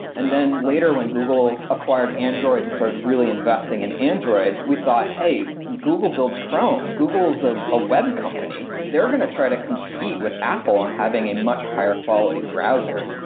and then later when google acquired android and started really investing in android, we thought, hey! google builds chrome. google is ah a web company. they're going to try to compete with apple on having a much higher quality browser,